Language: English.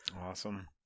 Awesome